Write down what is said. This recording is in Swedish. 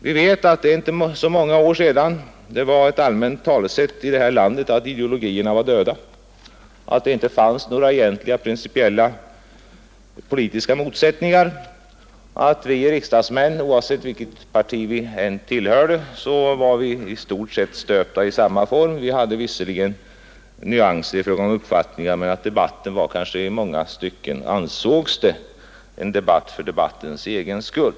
Vi vet att det inte är så många år sedan det var ett allmänt talesätt i vårt land att ideologierna var döda, att det inte fanns några egentliga principiella politiska motsättningar, att vi riksdagsmän oavsett vilket parti vi tillhörde i stort sett var stöpta i samma form; vi hade visserligen nyanser i uppfattningarna, men debatten var i många stycken, ansågs det, en debatt för debattens egen skull.